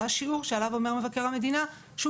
זה השיעור שעליו אמר מבקר המדינה שהוא